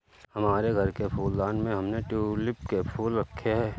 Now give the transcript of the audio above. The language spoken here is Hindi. हमारे घर के फूलदान में हमने ट्यूलिप के फूल रखे हैं